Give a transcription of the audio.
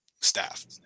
staff